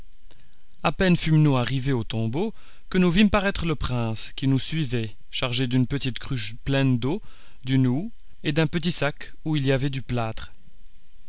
à peine fûmes nous arrivés au tombeau que nous vîmes paraître le prince qui nous suivait chargé d'une petite cruche pleine d'eau d'une houe et d'un petit sac où il y avait du plâtre